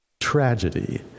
tragedy